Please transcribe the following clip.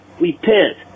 repent